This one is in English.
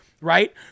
right